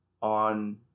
on